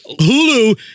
Hulu